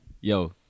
Yo